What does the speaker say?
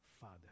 Father